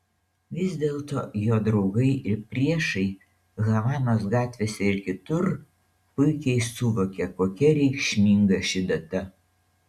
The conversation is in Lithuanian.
vis dėlto jo draugai ir priešai havanos gatvėse ir kitur puikiai suvokia kokia reikšminga ši data